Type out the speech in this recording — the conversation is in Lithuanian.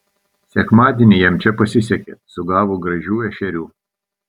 sekmadienį jam čia pasisekė sugavo gražių ešerių